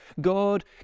God